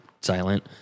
silent